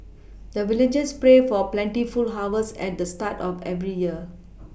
the villagers pray for plentiful harvest at the start of every year